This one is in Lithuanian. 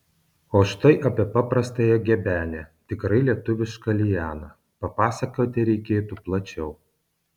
o štai apie paprastąją gebenę tikrai lietuvišką lianą papasakoti reikėtų plačiau